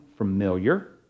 Familiar